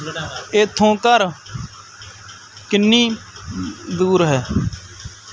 ਇੱਥੋਂ ਘਰ ਕਿੰਨੀ ਦੂਰ ਹੈ